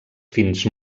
fins